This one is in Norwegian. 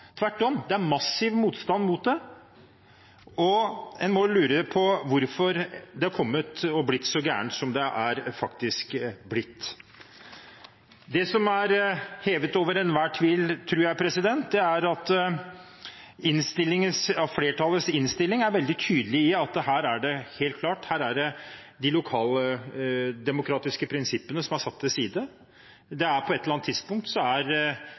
Tvert om er det massiv motstand mot den, og en må lure på hvorfor det er blitt så galt som det faktisk er blitt. Det som er hevet over enhver tvil, tror jeg, er at flertallets innstilling er veldig tydelig på at her er de lokaldemokratiske prinsippene satt til side. På et eller annet tidspunkt har sameksistensen og dialogen opphørt, og en har fått på plass en avtale hvor den lokale forvaltningen ikke er